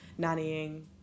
nannying